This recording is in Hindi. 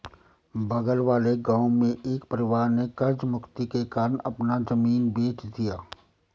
बगल वाले गांव में एक परिवार ने कर्ज मुक्ति के कारण अपना जमीन बेंच दिया